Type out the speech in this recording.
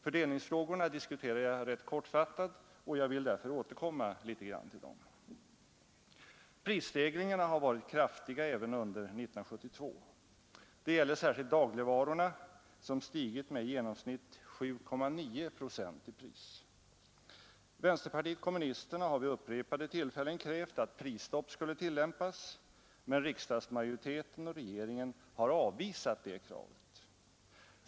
Fördelningsfrågorna diskuterade jag rätt kortfattat, och därför vill jag återkomma litet grand till dem. Prisstegringarna har varit kraftiga även under 1972. Det gäller särskilt dagligvarorna, som stigit i pris med i genomsnitt 7,9 procent. Vänsterpartiet kommunisterna har vid upprepade tillfällen krävt att prisstopp skulle tillämpas, men riksdagsmajoriteten och regeringen har avvisat det kravet.